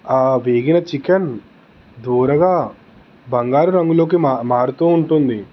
ఆ వేగిన చికెన్ దోరగా బంగారు రంగులోకి మా మారుతూ ఉంటుంది